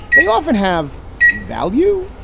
they often have value.